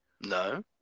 No